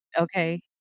Okay